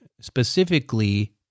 specifically